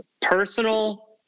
personal